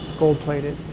gold plated.